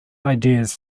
ideas